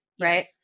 right